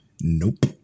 Nope